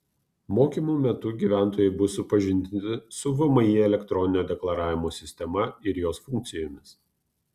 mokymų metu gyventojai bus supažindinti su vmi elektroninio deklaravimo sistema ir jos funkcijomis